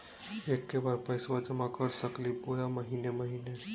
एके बार पैस्बा जमा कर सकली बोया महीने महीने?